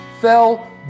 fell